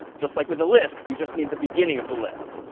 just like with the list, we just need the beginning of the list.